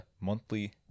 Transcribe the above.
monthly